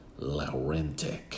Laurentic